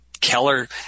Keller